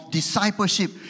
discipleship